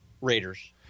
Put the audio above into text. Raiders